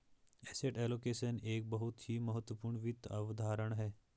asset allocation एक बहुत ही महत्वपूर्ण वित्त अवधारणा है